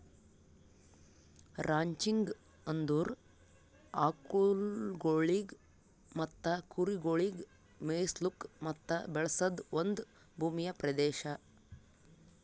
ranching ಅಂದುರ್ ಆಕುಲ್ಗೊಳಿಗ್ ಮತ್ತ ಕುರಿಗೊಳಿಗ್ ಮೆಯಿಸ್ಲುಕ್ ಮತ್ತ ಬೆಳೆಸದ್ ಒಂದ್ ಭೂಮಿಯ ಪ್ರದೇಶ